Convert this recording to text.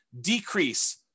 decrease